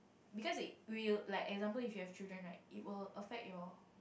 because it will like example if you have children right it will affect your